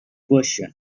question